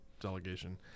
delegation